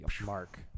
mark